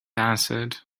answered